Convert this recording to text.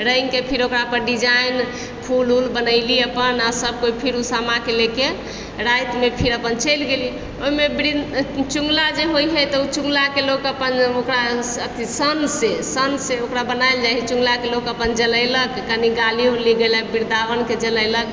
रङ्गिके फेर ओकरापर डिजाइन फूल उल बनैली अपन आओर सब कोइ फिर उ सामाके लएके रातिमे फिर अपन चलि गेली ओइमे वृन् चुगला जे होइ हइ तऽ उ चुगलाके लोक अपन ओकरा अथी सन सँ सन सँ ओकरा बनायल जाइ हइ चुङ्गलाके लोक अपन जलेलक कनि गाली उली देलक वृन्दावनके जलेलक